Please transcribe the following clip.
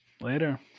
later